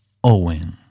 Owen